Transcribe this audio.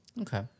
Okay